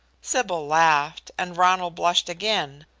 sybil laughed, and ronald blushed again,